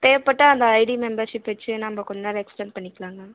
தேவைப்பட்டா அந்த ID membership வச்சி நம்ப கொஞ்ச நாள் எக்ஸ்டன்ட் பண்ணிக்கலாம் மேம்